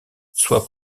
soit